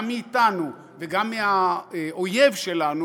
גם מאתנו וגם מהאויב שלנו,